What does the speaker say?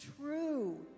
true